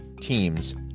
teams